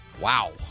wow